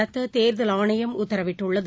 நடத்த தேர்தல் ஆணையம் உத்தரவிட்டுள்ளது